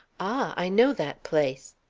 i know that place.